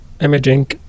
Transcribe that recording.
imaging